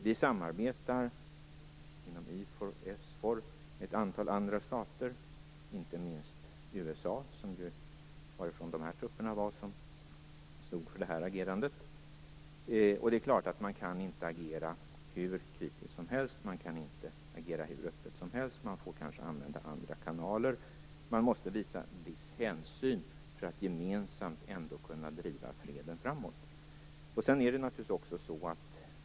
Vi samarbetar inom IFOR och SFOR med ett antal andra stater, inte minst USA, varifrån de trupper kom som stod för detta agerande. Det är klart att man inte kan agera hur kritiskt och öppet som helst. Man får kanske använda andra kanaler. Man måste visa viss hänsyn för att gemensamt kunna driva freden framåt.